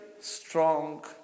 strong